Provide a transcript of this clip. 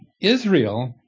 Israel